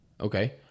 Okay